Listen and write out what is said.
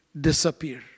disappear